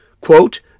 quote